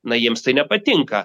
na jiems tai nepatinka